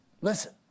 listen